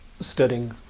studying